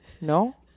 No